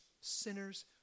sinners